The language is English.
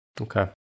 Okay